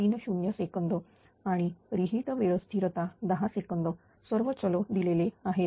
30 second आणि reheat वेळ स्थिरता 10 सेकंद सर्व चल दिलेले आहेत